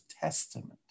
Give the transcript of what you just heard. Testament